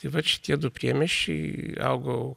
tai vat šitie du priemiesčiai augo